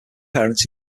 parents